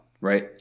right